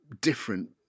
different